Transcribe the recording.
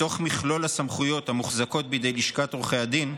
מתוך מכלול הסמכויות המוחזקות בידי לשכת עורכי דין,